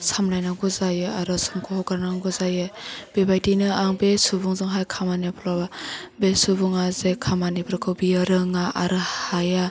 सामलायनांगौ जायो आरो समखौ हगारनांगौ जायो बेबादिनो आं बे सुबुंजोंहाय खामानिफ्राव बे सुबुङा जाय खामानिफोरखौ बियो रोङा आरो हाया